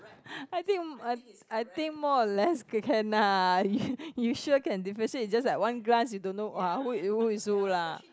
I think I I think more or less can ah y~ you sure can differentiate just that one glance you don't know !wah! who is who lah